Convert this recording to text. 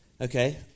Okay